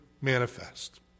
manifest